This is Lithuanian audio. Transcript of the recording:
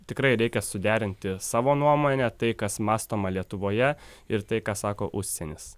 tikrai reikia suderinti savo nuomonę tai kas mąstoma lietuvoje ir tai ką sako užsienis